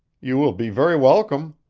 you will be very welcome.